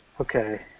Okay